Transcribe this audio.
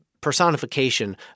personification